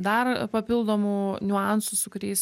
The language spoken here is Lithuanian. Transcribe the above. dar papildomų niuansų su kuriais